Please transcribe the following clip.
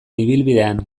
ibilbidean